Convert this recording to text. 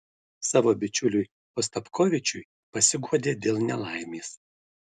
savo bičiuliui ostapkovičiui pasiguodė dėl nelaimės